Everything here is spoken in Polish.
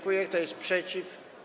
Kto jest przeciw?